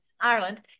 ireland